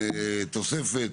יש תוספת.